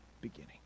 beginning